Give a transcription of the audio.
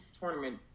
tournament